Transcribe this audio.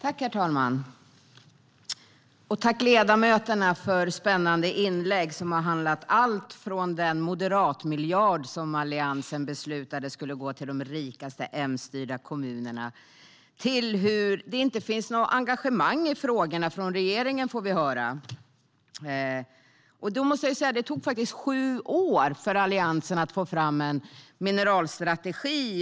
Herr talman! Tack, ledamöterna, för spännande inlägg som har handlat om allt från den moderatmiljard som Alliansen beslutade skulle gå till de rikaste Mstyrda kommunerna till att det inte finns något engagemang i frågorna från regeringen, som vi får höra! Jag måste säga: Det tog faktiskt sju år för Alliansen att få fram en mineralstrategi.